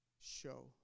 show